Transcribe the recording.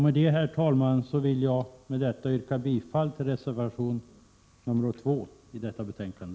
Med detta, herr talman, vill jag yrka bifall till reservation 2 i detta betänkande.